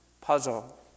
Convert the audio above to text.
puzzle